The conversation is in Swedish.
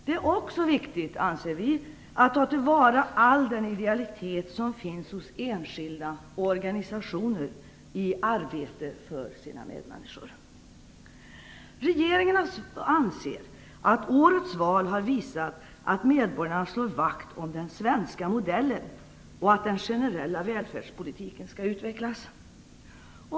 Det är också viktigt att ta till vara all den idealitet som finns hos organisationer och enskilda i arbete för sina medmänniskor. Regeringen anser att årets val har visat att medborgarna slår vakt om "den svenska modellen" och att den generella välfärdspolitiken skall utvecklas.